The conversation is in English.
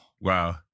wow